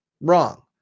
Wrong